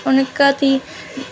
हुनकर अथि